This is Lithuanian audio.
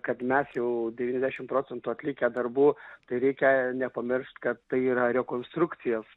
kad mes jau devyniasdešim procentų atlikę darbų tai reikia nepamiršt kad tai yra rekonstrukcijos